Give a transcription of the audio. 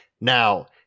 Now